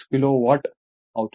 36 kilowatt అవుతుంది